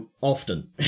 Often